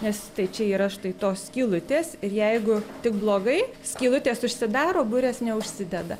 nes štai čia yra štai tos skylutės ir jeigu tik blogai skylutės užsidaro burės neužsideda